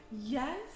yes